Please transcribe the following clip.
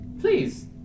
please